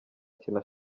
kintu